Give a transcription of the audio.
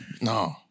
no